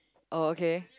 oh okay